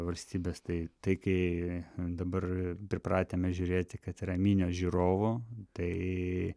valstybės tai tai kai dabar pripratę mes žiūrėti kad yra minios žiūrovų tai